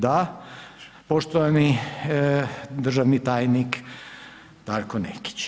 Da, poštovani državni tajnik Darko Nekić.